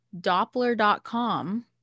doppler.com